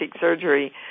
surgery